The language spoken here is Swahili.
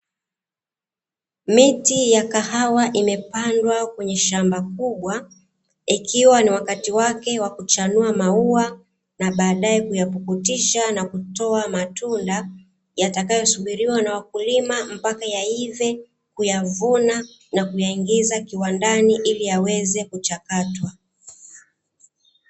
Miti ya kahawa imepandwa kwenye shamba kubwa ikiwa ni wakati wake wa kuchanua mauwa, na badae kuyapukutisha na kutoa matunda yatakayo subiriwa na wakulima mpaka yaive, kuyavuna na kuyaingiza kiwandani ili yaweze kuchakatwa.